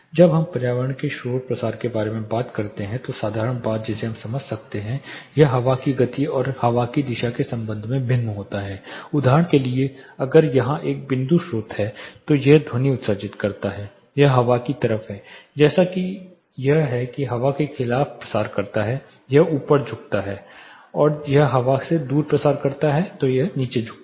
जब हम पर्यावरण के शोर प्रसार के बारे में बात करते हैं तो साधारण बात जिसे हम समझ सकते हैं यह हवा की गति और हवा की दिशा के संबंध में भिन्न होता है उदाहरण के लिए अगर यहां एक बिंदु स्रोत है तो यह ध्वनि उत्सर्जित कर रहा है यह हवा की तरफ है जैसा कि यह है हवा के खिलाफ प्रसार करता है यह ऊपर झुकता है जब यह हवा से दूर प्रसार करता है यह नीचे झुकता है